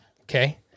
Okay